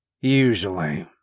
Usually